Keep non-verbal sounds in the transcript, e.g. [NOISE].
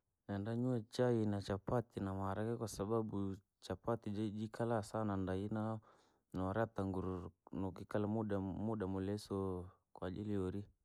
Neenda nyau chai na chapati na maharage, kwasababu chapati jiikala sana ndai na noreta nguru, nokikala muda muda mulesu kwaajili. [HESITATION]